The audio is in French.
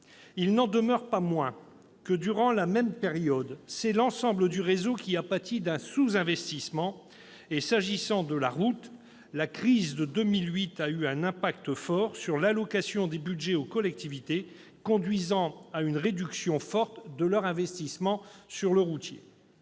Il n'en demeure pas moins que, durant la même période, c'est l'ensemble du réseau qui a pâti d'un sous-investissement. S'agissant de la route, la crise de 2008 a eu un fort impact sur l'allocation des budgets aux collectivités, conduisant à une réduction sensible de leur investissement dans le domaine